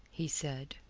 he said.